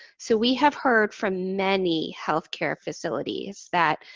so, we have heard from many healthcare facilities that